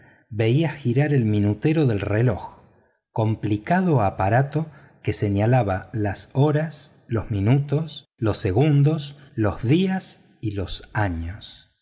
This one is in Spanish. veía girar el minutero del reloj complicado aparato que señalaba las horas los minutos los segundos los días y años